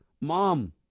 mom